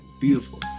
Beautiful